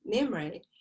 memory